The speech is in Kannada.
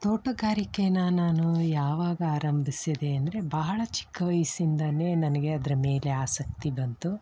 ತೋಟಗಾರಿಕೆನ ನಾನು ಯಾವಾಗ ಆರಂಭಿಸಿದೆ ಅಂದರೆ ಬಹಳ ಚಿಕ್ಕ ವಯಸ್ಸಿಂದಲೇ ನನಗೆ ಅದರ ಮೇಲೆ ಆಸಕ್ತಿ ಬಂತು